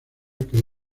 que